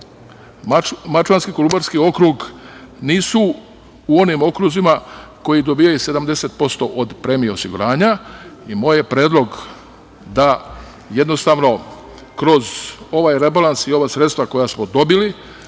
mačvanski i kolubarski okrug nisu u onim okruzima koji dobijaju 70% od premije osiguranja i moj je predlog da jednostavno kroz ovaj rebalans i ova sredstva koja smo dobili,